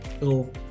little